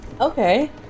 Okay